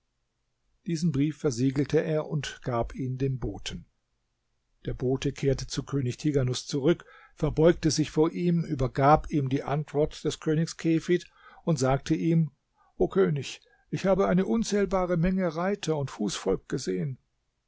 diesen brief versiegelte er und gab ihn dem boten der bote kehrte zu dem könig tighanus zurück verbeugte sich vor ihm übergab ihm die antwort des königs kefid und sagte ihm o könig ich habe eine unzählbare menge reiter und fußvolk gesehen